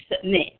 submit